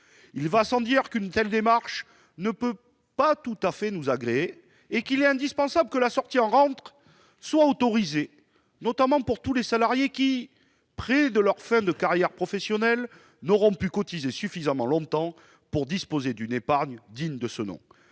Il va sans dire qu'une telle démarche ne peut pas nous agréer. Il est indispensable que la sortie en capital soit autorisée, notamment pour tous les salariés qui, proches de la fin de leur carrière professionnelle, n'auront pu cotiser suffisamment longtemps pour constituer une épargne digne de ce nom.